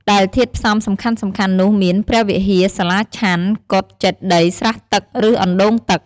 ដែលធាតុផ្សំសំខាន់ៗនោះមាន ព្រះវិហារ សាលាឆាន់ កុដិ ចេតិយ ស្រះទឹក ឬអណ្ដូងទឹក ។